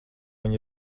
viņa